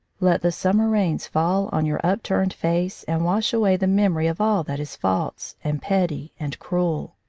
let the summer rains fall on your upturned face and wash away the memory of all that is false and petty and cruel.